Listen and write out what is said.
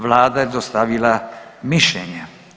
Vlada je dostavila mišljenje.